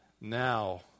now